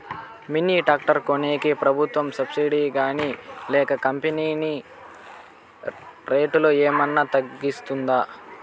Mini tractor కొనేకి ప్రభుత్వ subsidy గాని లేక కంపెని రేటులో ఏమన్నా తగ్గిస్తుందా?